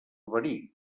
verí